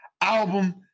album